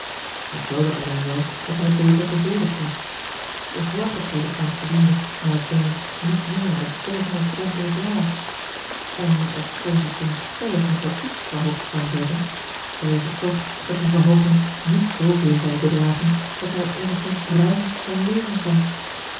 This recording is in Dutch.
ik wilde alleen wel dat hij beter bezoldigd werd de vorige predikant verdiende naar ik meen niet meer dan twee honderd pond in het jaar en ofschoon die som stellig nog wel iets verhoogd kan worden vrees ik toch dat die verhooging niet zooveel zal bedragen dat hij er eenigszins ruim van leven kan